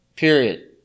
Period